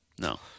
No